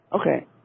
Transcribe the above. Okay